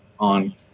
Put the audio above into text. on